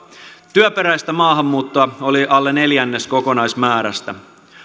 työperäistä maahanmuuttoa oli alle neljännes kokonaismäärästä